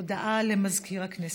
הודעה לסגן מזכירת הכנסת.